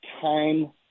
time